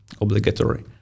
obligatory